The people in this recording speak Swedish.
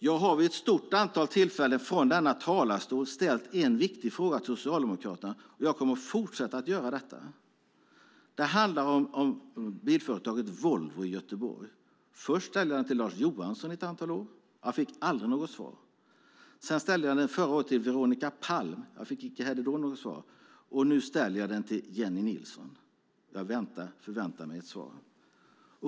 Jag har vid ett stort antal tillfällen ställt en viktig fråga till Socialdemokraterna från denna talarstol. Jag kommer att fortsätta att göra det. Den handlar om bilföretaget Volvo i Göteborg. Först ställde jag den till Lars Johansson i ett antal år. Jag fick aldrig något svar. Förra året ställde jag den till Veronica Palm. Jag fick icke heller då något svar. Nu ställer jag den till Jennie Nilsson. Jag förväntar mig ett svar.